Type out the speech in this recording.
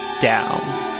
down